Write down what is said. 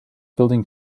building